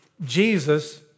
Jesus